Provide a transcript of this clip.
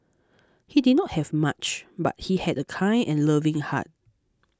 he did not have much but he had a kind and loving heart